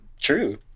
true